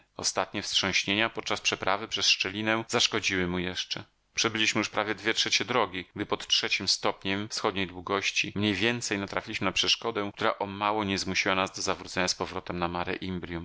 ostatnie wstrząśnienia podczas przeprawy przez szczelinę zaszkodziły mu jeszcze przebyliśmy już prawie dwie trzecie drogi gdy pod w dł mniej więcej natrafiliśmy na przeszkodę która o mało nie zmusiła nas do zawrócenia z powrotem na mare